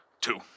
two